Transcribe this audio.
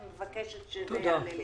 אני מבקשת שייקבע לזה